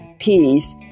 peace